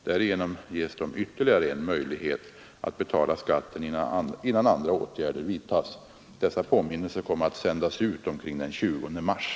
Därigenom ges de en ytterligare möjlighet att betala skatten, innan andra åtgärder vidtas. Dessa påminnelser kommer att sändas ut omkring den 20 mars.